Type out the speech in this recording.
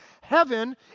Heaven